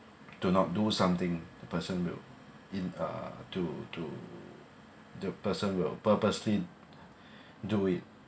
do not do something the person will in uh to to the person will purposely do it